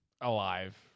Alive